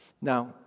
Now